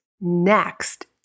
Next